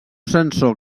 sensor